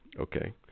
Okay